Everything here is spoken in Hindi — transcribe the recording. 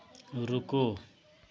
रुको